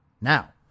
Now